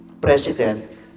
president